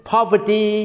Poverty